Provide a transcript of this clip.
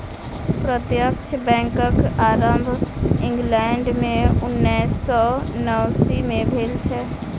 प्रत्यक्ष बैंकक आरम्भ इंग्लैंड मे उन्नैस सौ नवासी मे भेल छल